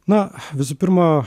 na visų pirma